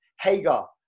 Hagar